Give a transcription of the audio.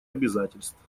обязательств